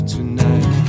Tonight